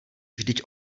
vždyť